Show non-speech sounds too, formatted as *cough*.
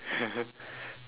*laughs*